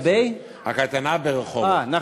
לגבי האפליה בין אתיופים, סליחה.